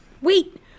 Wait